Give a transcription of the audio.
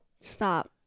Stop